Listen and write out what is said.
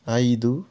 ಐದು